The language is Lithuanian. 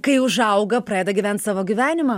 kai užauga pradeda gyvent savo gyvenimą